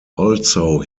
also